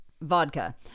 vodka